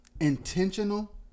intentional